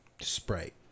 Sprite